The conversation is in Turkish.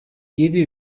yedi